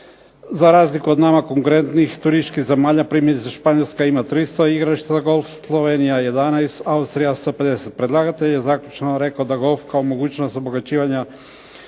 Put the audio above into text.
za razliku od nama konkretnih turističkih zemalja. Primjerice Španjolska ima 300 igrališta za golf, Slovenija 11, Austrija 150. Predlagatelj je zaključno rekao da golf kao mogućnost obogaćivanja